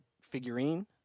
figurine